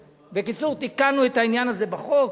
בקיצור, תיקנו את העניין הזה בחוק.